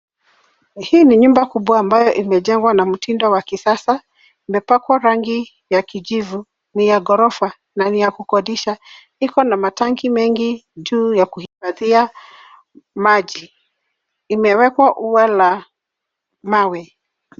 Hii ni nyumba kubwa ambayo imejengwa na mtindo wa kisasa. Imepakwa rangi ya kijivu. Ni ya ghorofa na ni ya kukodisha. Iko na matanki mengi juu ya kuhifadhia maji. Imewekwa ua la mawe.